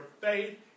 faith